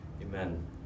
Amen